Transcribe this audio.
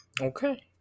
Okay